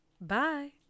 Bye